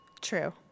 True